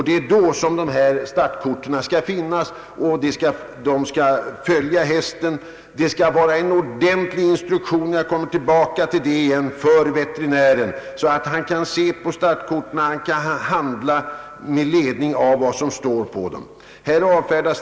Det är då startkorten skall finnas och följa hästen, och — jag återkommer till det — det skall finnas en ordentlig instruktion för banveterinären så att han kan handla med ledning av vad som står på startkorten.